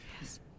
Yes